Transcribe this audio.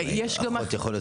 אחות יכולה להיות